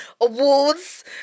awards